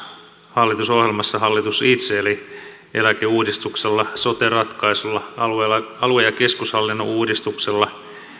hallitusohjelmassa hallitus itse eli eläkeuudistuksella sote ratkaisulla alue alue ja keskushallinnon uudistuksella